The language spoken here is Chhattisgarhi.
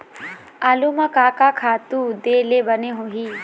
आलू म का का खातू दे ले बने होही?